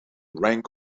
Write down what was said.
rank